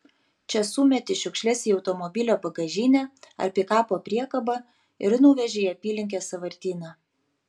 čia sumeti šiukšles į automobilio bagažinę ar pikapo priekabą ir nuveži į apylinkės sąvartyną